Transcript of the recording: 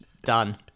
done